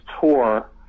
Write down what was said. tour